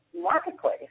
marketplace